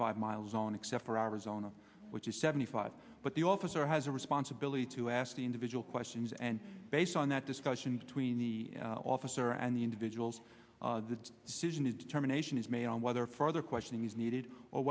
five miles on except for hours on which is seventy five but the officer has a responsibility to ask the individual questions and based on that discussion between the officer and the individuals the decision is determination is made on whether further questioning is needed or